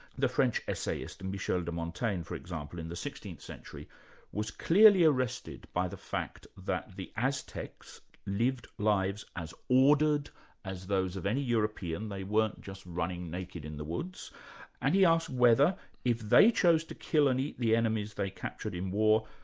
the french essayist and michel de montaigne, for example, in the sixteenth century was clearly arrested by the fact that the aztecs lived lives as ordered as those of any european they weren't just running naked in the woods and he asks whether, if they chose to kill and eat the enemies they captured in war,